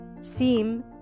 seem